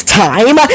time